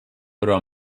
però